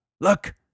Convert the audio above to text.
look